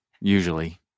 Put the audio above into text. usually